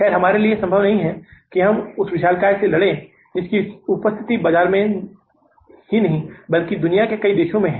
खैर हमारे लिए यह संभव नहीं है कि हम उस विशालकाय से लड़ें जिसकी उपस्थिति भारत में ही नहीं बल्कि दुनिया के कई देशों में है